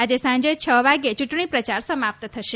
આજે સાંજે છ વાગે ચૂંટણી પ્રચાર સમાપ્ત થશે